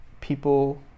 people